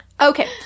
Okay